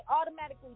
automatically